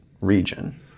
region